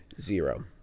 Zero